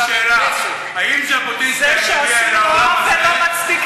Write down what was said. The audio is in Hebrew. יש לי שאלה: אם ז'בוטינסקי היה מגיע אל האולם הזה,